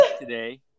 today